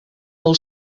pel